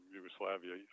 Yugoslavia